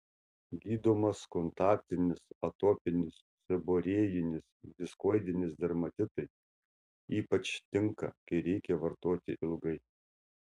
gydomas kontaktinis atopinis seborėjinis diskoidinis dermatitai ypač tinka kai reikia vartoti ilgai